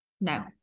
no